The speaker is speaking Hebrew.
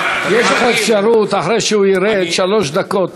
יש לך אפשרות, אחרי שהוא ירד, שלוש דקות.